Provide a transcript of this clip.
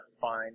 fine